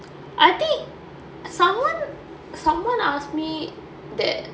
I think someone someone asked me that